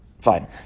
Fine